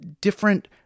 different